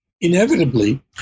inevitably